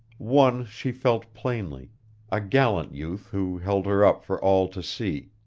one she felt plainly a gallant youth who held her up for all to see.